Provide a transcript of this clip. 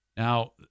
Now